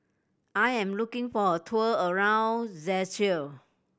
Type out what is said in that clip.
I am looking for a tour around Czechia